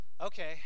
Okay